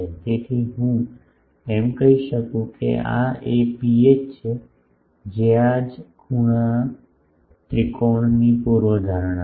તેથી હું એમ કહી શકું છું કે આ એ ρh છે જે આ જ ખૂણા ત્રિકોણની પૂર્વધારણા છે